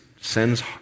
sends